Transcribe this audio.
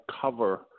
cover